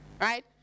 right